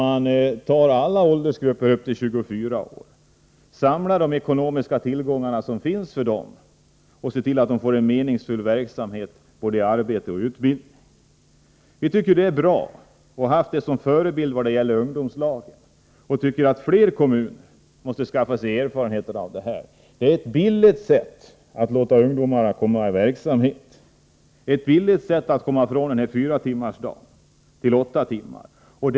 Man vill ta alla åldersgrupper upp till 24 år, samla de ekonomiska tillgångar som finns för dessa grupper och se till att de kommer i meningsfull verksamhet — genom både arbete och utbildning. Vi tycker att det här är bra och har haft det som förebild när det gäller ungdomslagen. Vi tycker att flera kommuner måste skaffa sig erfarenhet av detta. Det är ett billigt sätt att låta ungdomarna komma i verksamhet. Det är ett billigt sätt att komma ifrån fyratimmarsdagen och upp till åtta timmar om dagen.